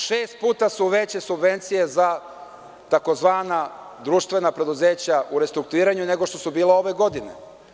Šest puta su veće subvencije za tzv. društvena preduzeća u restrukturiranju, nego što su bila ove godine.